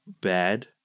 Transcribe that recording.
bad